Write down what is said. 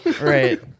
Right